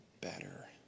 better